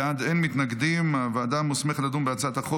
חובת תרומת מזון עודף),